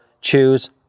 choose